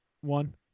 One